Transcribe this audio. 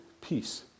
peace